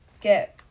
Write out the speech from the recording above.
get